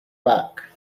back